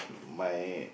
my